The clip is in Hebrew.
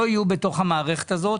לא יהיו בתוך המערכת הזאת.